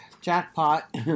jackpot